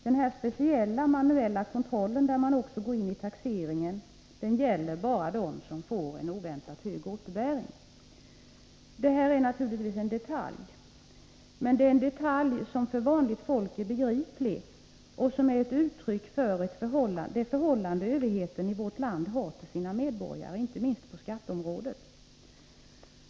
Den speciella manuella kontroll där man också går in i taxeringen gäller bara dem som får oväntat hög återbäring. Det här är naturligtvis en detalj, men det är en detalj som för vanligt folk är begriplig och som är ett uttryck för det förhållande överheten i vårt land har till sina medborgare, inte minst på skatteområdet.